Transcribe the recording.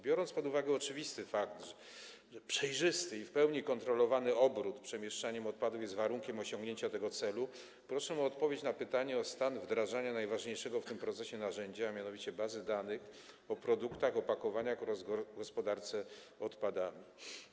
Biorąc pod uwagę oczywisty fakt, że przejrzysty i w pełni kontrolowany obrót, przemieszczanie odpadów jest warunkiem osiągnięcia tego celu, proszę o odpowiedź na pytanie o stan wdrażania najważniejszego w tym procesie narzędzia, mianowicie bazy danych o produktach i opakowaniach oraz o gospodarce odpadami.